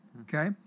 Okay